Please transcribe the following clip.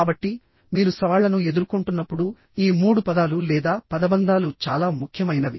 కాబట్టి మీరు సవాళ్లను ఎదుర్కొంటున్నప్పుడు ఈ మూడు పదాలు లేదా పదబంధాలు చాలా ముఖ్యమైనవి